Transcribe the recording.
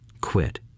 quit